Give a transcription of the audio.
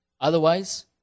Otherwise